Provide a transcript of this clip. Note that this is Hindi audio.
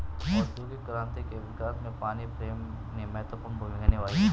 औद्योगिक क्रांति के विकास में पानी फ्रेम ने महत्वपूर्ण भूमिका निभाई है